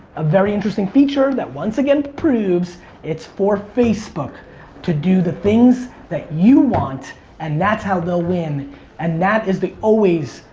a very interesting feature that once again proves it's for facebook to do the things that you want and that's how they'll win and that is the always,